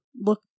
Look